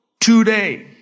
today